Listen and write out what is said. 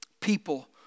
People